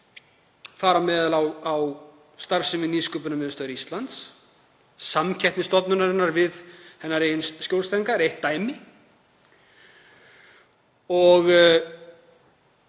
þar á meðal á starfsemi Nýsköpunarmiðstöðvar Íslands. Samkeppni stofnunarinnar við hennar eigin skjólstæðinga er eitt dæmi.